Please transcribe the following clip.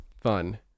fun